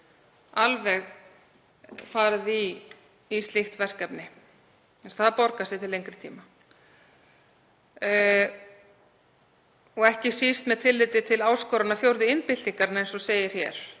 alveg farið í slíkt verkefni. Það borgar sig til lengri tíma, ekki síst með tilliti til áskorana fjórðu iðnbyltingarinnar, eins og segir hér,